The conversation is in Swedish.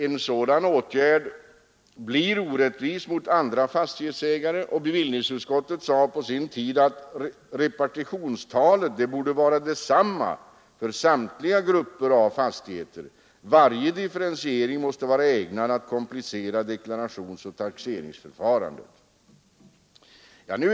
En sådan åtgärd blir orättvis mot andra fastighetsägare. Bevillningsutskottet sade på sin tid att repartitionstalet borde vara detsamma för samtliga grupper av fastigheter och att varje differentiering måste vara ägnad att komplicera deklarationsoch taxeringsförfarandet.